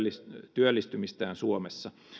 työllistymistään suomessa